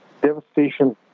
devastation